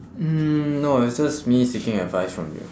mm no it's just me seeking advice from you